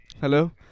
Hello